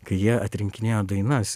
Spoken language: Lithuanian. kai jie atrinkinėjo dainas